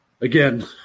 Again